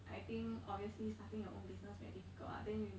I think obviously starting your own business very difficult lah then you